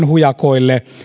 hujakoille